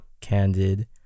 candid